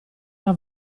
era